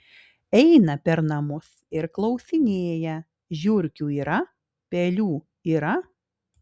eina per namus ir klausinėja žiurkių yra pelių yra